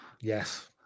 Yes